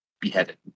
Beheaded